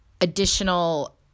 Additional